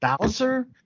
Bowser